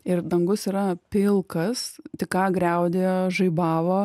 ir dangus yra pilkas tik ką griaudėjo žaibavo